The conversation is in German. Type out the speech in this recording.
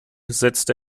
setzte